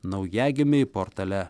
naujagimiui portale